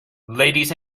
ladies